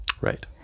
Right